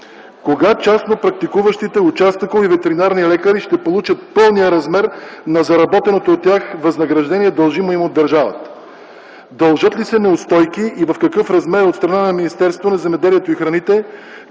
кога частно практикуващите участъкови ветеринарни лекари ще получат пълния размер на заработеното от тях възнаграждение, дължимо им от държавата? Дължат ли се неустойки и в какъв размер от страна на Министерството на земеделието и храните